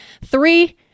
three